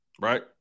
right